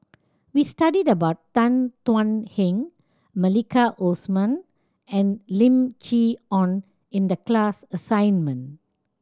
we studied about Tan Thuan Heng Maliki Osman and Lim Chee Onn in the class assignment